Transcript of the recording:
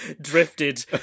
drifted